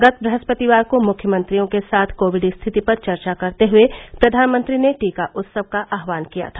गत बृहस्पतिवार को मुख्यमंत्रियों के साथ कोविड स्थिति पर चर्चा करते हुए प्रधानमंत्री ने टीका उत्सव का आह्वान किया था